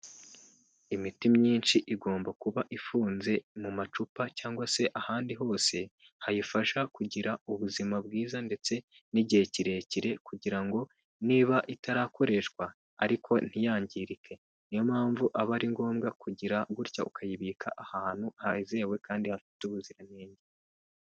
Imiti myinshi igomba kuba ifunze mu macupa cyangwa se ahandi hose hayifasha kugira ubuzima bwiza ndetse n'igihe kirekire kugira ngo niba itarakoreshwa ariko ntiyangirike, niyo mpamvu aba ari ngombwa kugira gutya ukayibika ahantu hizewe kandi hafite ubuziranenge.